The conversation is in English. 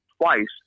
twice